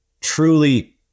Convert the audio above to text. truly